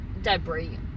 debris